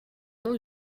nom